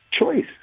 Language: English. choice